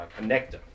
connector